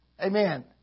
amen